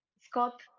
Scott